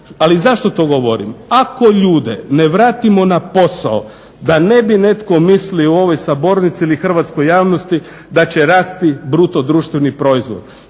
Ali zašto to govorim? Ako ljude ne vratimo na posao da ne bi netko mislio u ovoj sabornici ili hrvatskoj javnosti da će rasti BDP. Ne može